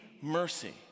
mercy